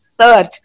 search